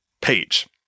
page